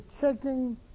checking